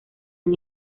han